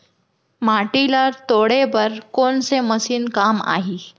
माटी ल तोड़े बर कोन से मशीन काम आही?